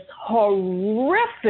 horrific